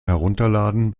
herunterladen